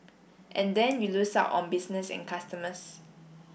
and then you lose out on business and customers